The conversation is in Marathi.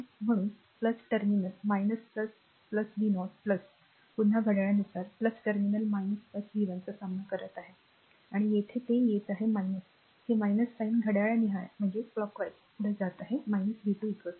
म्हणून ter v0 पुन्हा घड्याळानुसार ter v 1 चा सामना करत आहे आणि येथे ते येत आहे हे साइन घड्याळनिहाय r पुढे जात आहेत v 2 0